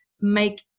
make